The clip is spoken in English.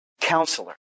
Counselor